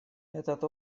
этот